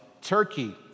Turkey